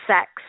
sex